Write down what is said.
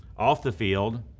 off the field,